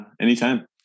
anytime